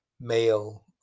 male